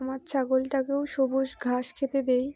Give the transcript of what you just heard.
আমার ছাগলটাকেও সবুজ ঘাস খেতে দেই